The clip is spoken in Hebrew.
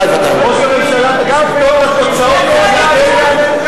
אני שואל רק חבר כנסת שרוצה להגיב על עצמו.